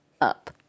up